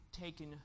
taken